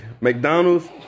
McDonald's